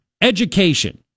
Education